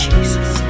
Jesus